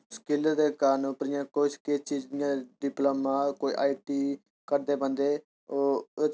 skill दे कारन उप्पर जि'यां किश किश चीज जि'यां डिप्लोमा कोई आई टी करदे बंदे ओह्